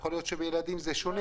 יכול להיות שלגבי ילדים זה שונה.